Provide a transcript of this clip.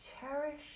cherish